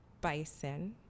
bison